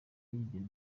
yigeze